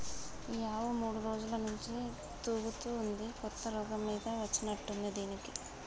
ఈ ఆవు మూడు రోజుల నుంచి తూగుతా ఉంది కొత్త రోగం మీద వచ్చినట్టుంది దీనికి